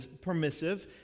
permissive